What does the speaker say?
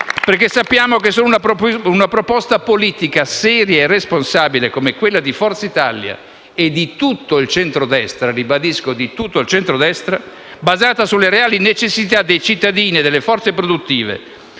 perché sappiamo che solo una proposta politica seria e responsabile come quella di Forza Italia e di tutto il centrodestra - lo ribadisco: di tutto il centrodestra - basata sulle reali necessità dei cittadini e delle forze produttive,